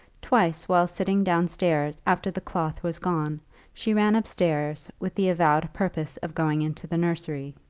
twice while sitting downstairs after the cloth was gone she ran upstairs with the avowed purpose of going into the nursery,